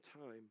time